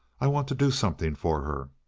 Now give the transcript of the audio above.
i want to do something for her.